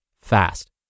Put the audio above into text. fast